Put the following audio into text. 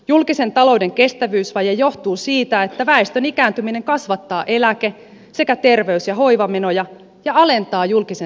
julkisen talouden kestävyysvaje johtuu siitä että väestön ikääntyminen kasvattaa eläke sekä terveys ja hoivamenoja ja alentaa julkisen sektorin verotuloja